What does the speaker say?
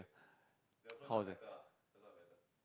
how to say